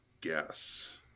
guess